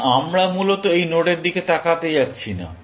সুতরাং আমরা মূলত এই নোডের দিকে তাকাতে যাচ্ছি না